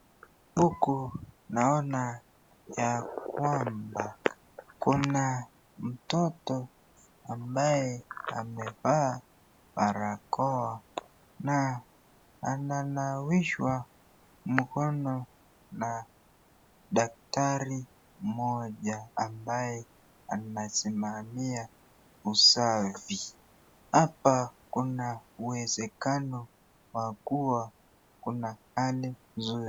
Huku naona ya kwamba kuna mtoto ambaye amevaa barakoa na ananawishwa mkono na daktari mmoja ambaye amesimamia usafi. Hapa kuna uwezekano kwa kuwa kuna hali mzuri.